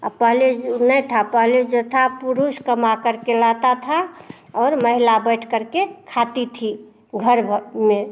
अब पहले जो नहीं था पहले जो था पुरुष कमाकर के लाता था और महिला बैठकर के खाती थी घर में